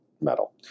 metal